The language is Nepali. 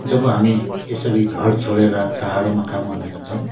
जब हामी यसरी घर छोडेर टाडोमा काम गर्नु जान्छौँ